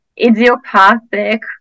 idiopathic